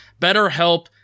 BetterHelp